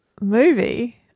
movie